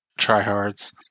tryhards